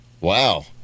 Wow